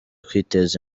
kwiteza